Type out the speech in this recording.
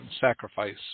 sacrifice